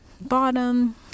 bottom